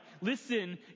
listen